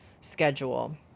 schedule